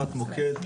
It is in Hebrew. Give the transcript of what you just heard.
הקמת המוקד,